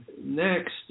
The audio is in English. Next